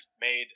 made